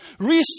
Restore